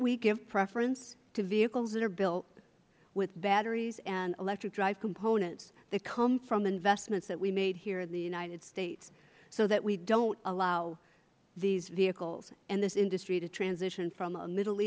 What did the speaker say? we give preference to vehicles that are built with batteries and electric drive components that come from investments that we made here in the united states so that we don't allow these vehicles and this industry to transition from a middle